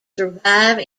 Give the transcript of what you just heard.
survive